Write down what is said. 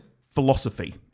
philosophy